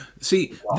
see